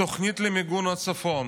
יש רמיסת בתי משפט.